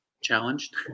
challenged